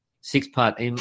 six-part